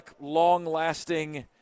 long-lasting